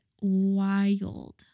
wild